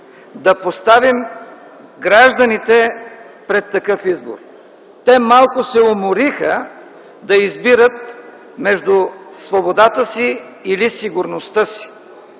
да поставим гражданите пред такъв избор. Те малко се умориха да избират между свободата си или сигурността си.